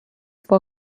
for